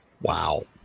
Wow